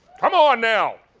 come on, now!